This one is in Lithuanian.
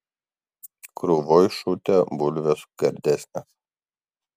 krūvoj šutę bulvės gardesnės